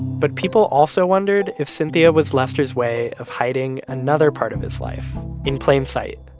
but people also wondered if cynthia was lester's way of hiding another part of his life in plain sight,